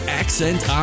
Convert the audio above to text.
accent